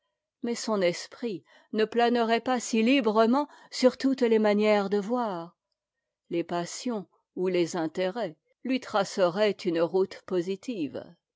mais son esprit ne planerait pas si librement sur toutes les manières de voir les passions ou les intérêts lui traceraient une route positive